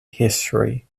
history